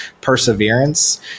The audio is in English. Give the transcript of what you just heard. perseverance